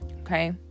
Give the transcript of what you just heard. Okay